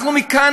אנחנו מכאן,